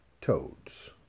Toads